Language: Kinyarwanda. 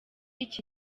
iki